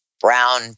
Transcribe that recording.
brown